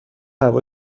هوا